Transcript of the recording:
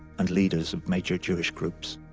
and leaders of major jewish groups.